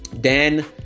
Dan